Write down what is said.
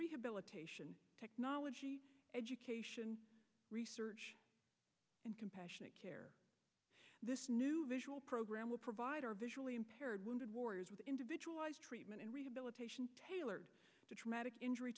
rehabilitation technology education research and compassionate care this new visual program will provide our visually impaired wounded warriors with individualized treatment and rehabilitation tailored to traumatic injury